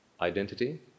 identity